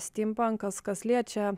stimpankas kas liečia